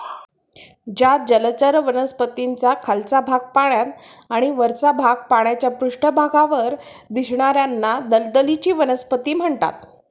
ज्या जलचर वनस्पतींचा खालचा भाग पाण्यात आणि वरचा भाग पाण्याच्या पृष्ठभागावर दिसणार्याना दलदलीची वनस्पती म्हणतात